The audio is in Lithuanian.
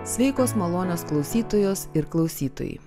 sveikos malonios klausytojos ir klausytojai